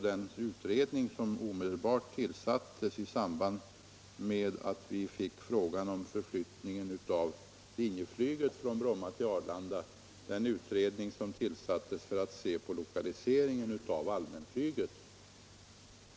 Låt mig peka på att vi i samband med aktualiserandet av förflyttningen av Linjeflyg från Bromma till Arlanda omedelbart tillsatte en utredning för att se på lokaliseringen av allmänflyget.